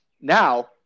Now